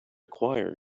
choir